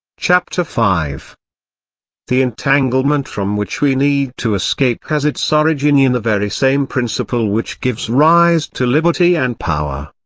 chapter five the entanglement from which which we need to escape has its origin in the very same principle which gives rise to liberty and power.